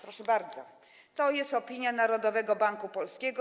Proszę bardzo, to jest opinia Narodowego Banku Polskiego.